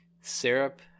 syrup